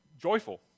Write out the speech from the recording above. joyful